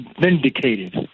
vindicated